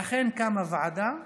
ואכן קמה ועדה,